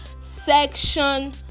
Section